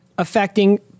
affecting